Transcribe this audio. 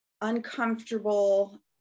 uncomfortable